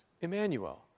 Emmanuel